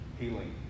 healing